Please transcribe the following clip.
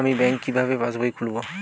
আমি ব্যাঙ্ক কিভাবে পাশবই খুলব?